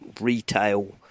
retail